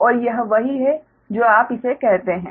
अब और यह वही है जो आप इसे कहते हैं